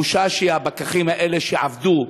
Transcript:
בושה, שהפקחים האלה, שעבדו,